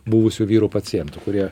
buvusių vyrų pacientų kurie